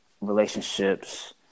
relationships